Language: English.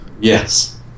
yes